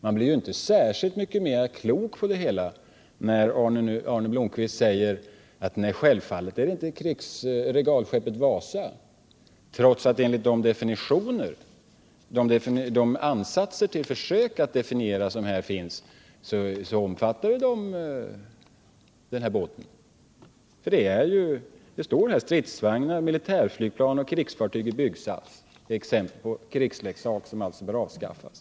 Man blir inte mera klok på det hela, när Arne Blomkvist nu säger att det självfallet inte rör regalskeppet Wasa, trots att denna båt innefattas i de ansatser till definitioner som gjorts. Här står uppräknat ”stridsvagnar, militärflygplan och krigsfartyg i byggsats”, exempel på krigsleksaker som bör avskaffas.